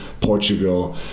Portugal